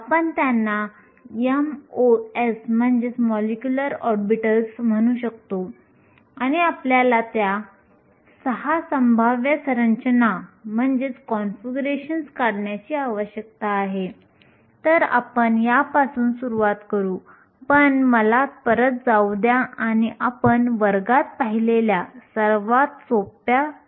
आपण पाहिले की तापमान शून्य केल्विनच्या बरोबरीचे असते जर E हे Ef पेक्षा कमी असेल तर f हे 1 असते याचा अर्थ फर्मी उर्जेच्या खालील सर्व स्तर व्यापलेले असतात